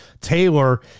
Taylor